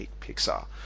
pixar